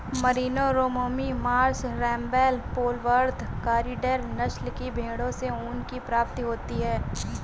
Merino, Romney Marsh, Rambouillet, Polwarth, Corriedale नस्ल की भेंड़ों से ऊन की प्राप्ति होती है